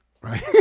right